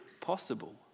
possible